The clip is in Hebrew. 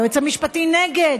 היועץ המשפטי נגד.